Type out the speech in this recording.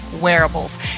wearables